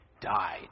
died